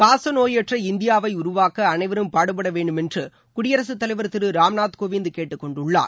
காச நோயற்ற இந்தியாவை உருவாக்க அனைவரும் பாடுபட வேண்டுமென்று குடியரசுத் தலைவர் திரு ராம்நாத் கோவிந்த் கேட்டுக்கொண்டுள்ளார்